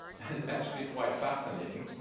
and actually quite fascinating,